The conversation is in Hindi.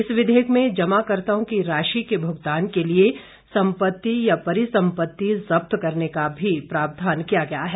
इस विधेयक में जमाकर्ताओं की राशि के भूगतान के लिए संपत्ति या परिसंपत्ति जब्त करने का भी प्रावधान किया गया है